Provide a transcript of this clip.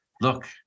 Look